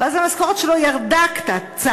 ואז המשכורת שלו ירדה קצת,